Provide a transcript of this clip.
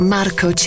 Marco